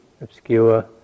obscure